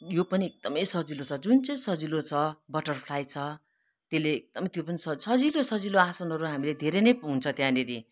यो पनि एकदमै सजिलो छ जुन चाहिँ सजिलो छ बटरफ्लाई छ त्यसले एकदमै त्यो पनि सजिलो सजिलो आसनहरू हामीले धेरै नै हुन्छ त्यहाँनिर